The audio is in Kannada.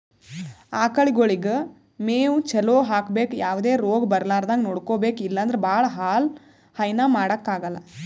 ಆಕಳಗೊಳಿಗ್ ಮೇವ್ ಚಲೋ ಹಾಕ್ಬೇಕ್ ಯಾವದೇ ರೋಗ್ ಬರಲಾರದಂಗ್ ನೋಡ್ಕೊಬೆಕ್ ಇಲ್ಲಂದ್ರ ಭಾಳ ಹಾಲ್ ಹೈನಾ ಮಾಡಕ್ಕಾಗಲ್